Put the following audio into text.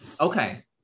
Okay